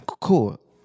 Cool